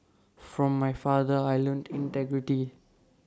from my father I learnt integrity